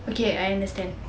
okay I understand